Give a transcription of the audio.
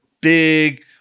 big